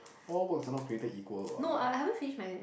all works are not created equal what